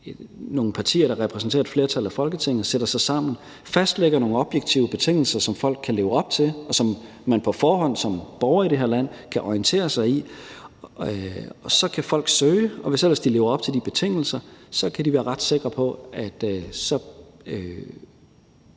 nogle partier, der repræsenterer et flertal i Folketinget, sætter sig sammen, fastlægger nogle objektive betingelser, som folk kan leve op til, og som man på forhånd som borger i det her land kan orientere sig i. Og så kan folk søge, og hvis ellers de lever op til de betingelser, kan de være ret sikre på, at så